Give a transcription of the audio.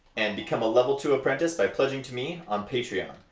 and become a level two apprentice by pledging to me on patreon,